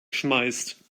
schmeißt